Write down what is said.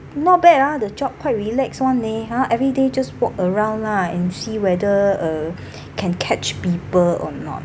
not bad ah the job quite relax [one] leh ha everyday just walk around lah and see whether uh can catch people or not